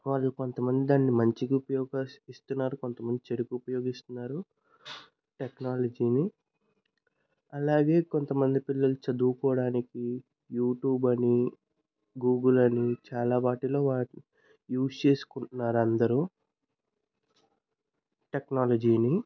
వాళ్లు కొంతమంది దాన్ని మంచికి ఉపయోగిస్తున్నారు కొంతమంది చెడుకి ఉపయోగిస్తున్నారు టెక్నాలజీని అలాగే కొంతమంది పిల్లలు చదువుకోడానికి యూట్యూబ్ అని గూగుల్ అని చాలా వాటిలో వాటి యూస్ చేసుకుంటున్నారు అందరూ టెక్నాలజీని